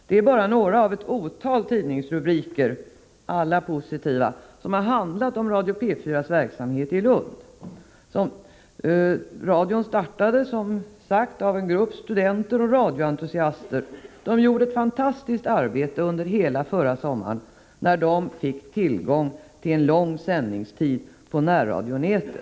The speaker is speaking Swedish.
Det här är bara några av det otal tidningsrubriker — alla positiva — som har handlat om Radio P 4:s verksamhet i Lund. Radio P 4 startades förra året av en grupp studenter och radioentusiaster, som gjorde ett fantastiskt arbete under hela förra sommaren, när de fick tillgång till lång sändningstid på närradionätet.